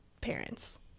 parents